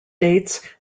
dates